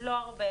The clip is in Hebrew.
לא הרבה,